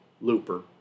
Looper